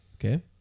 Okay